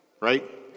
Right